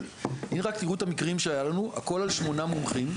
רק תראו את המקרים שהיו לנו, הכל על 8 מומחים.